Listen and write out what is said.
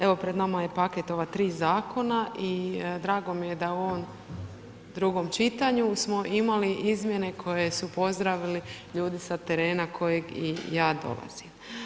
Evo pred nama je paket ova tri Zakona i drago mi je da je u ovom drugom čitanju smo imali izmjene koje su pozdravili ljudi sa terena kojeg i ja dolazim.